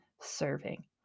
serving